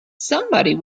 somebody